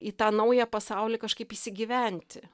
į tą naują pasaulį kažkaip įsigyventi